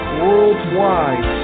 worldwide